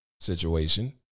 situation